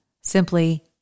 simply